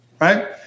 right